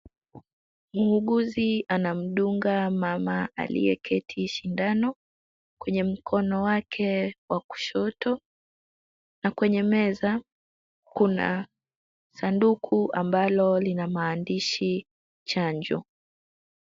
Muuguzi anamdunga mama aliyeketi sindano kwenye mkono wake wa kushoto na kwenye meza kuna sanduku ambalo lina maandishi chanjo.